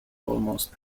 almost